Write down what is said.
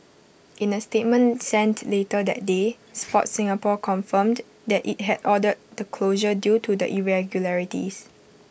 in A statement sent later that day Sport Singapore confirmed that IT had ordered the closure due to the irregularities